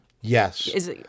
Yes